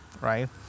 right